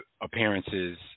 appearances